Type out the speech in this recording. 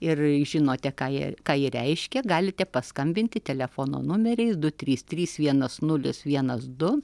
ir žinote ką ji ką ji reiškia galite paskambinti telefono numeriais du trys trys vienas nulis vienas du